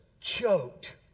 choked